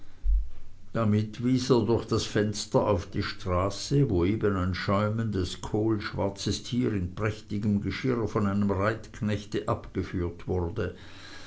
damit wies er durch das fenster auf die straße wo eben ein schäumendes kohlschwarzes tier in prächtigem geschirr von einem reitknechte abgeführt wurde